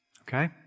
Okay